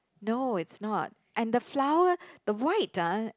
no it's not and the flower the white ah